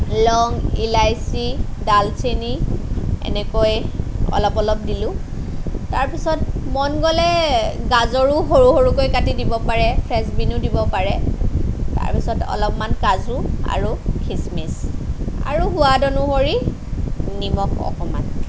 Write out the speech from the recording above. লং ইলাচী ডালচেনি এনেকৈ অলপ অলপ দিলোঁ তাৰপিছত মন গ'লে গাজৰো সৰু সৰুকৈ কাটি দিব পাৰে ফেঞ্চবিনো দিব পাৰে তাৰপিছত অলপমান কাজু আৰু খিচমিচ আৰু সোৱাদ অনুসৰি নিমখ অকণমান